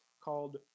called